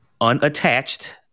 unattached